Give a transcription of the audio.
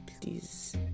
please